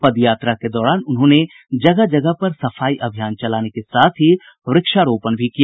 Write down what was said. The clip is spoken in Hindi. पदयात्रा के दौरान उन्होंने जगह जगह पर सफाई अभियान चलाने के साथ ही व्रक्षारोपण भी किया